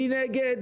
מי נגד?